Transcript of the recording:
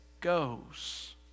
goes